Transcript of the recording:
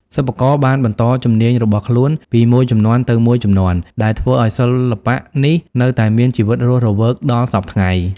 សិប្បករបានបន្តជំនាញរបស់ខ្លួនពីមួយជំនាន់ទៅមួយជំនាន់ ដែលធ្វើឱ្យសិល្បៈនេះនៅតែមានជីវិតរស់រវើកដល់សព្វថ្ងៃ។